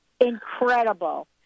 incredible